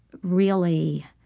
really